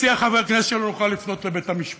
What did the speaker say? מציע חבר כנסת שלא נוכל לפנות לבית-המשפט,